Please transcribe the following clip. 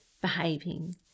behaving